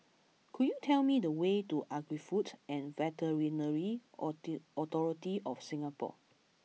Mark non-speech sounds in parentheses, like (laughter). could you tell me the way to Agri Food and Veterinary (unintelligible) Authority of Singapore